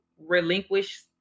relinquish